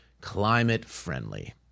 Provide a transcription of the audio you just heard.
climate-friendly